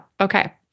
Okay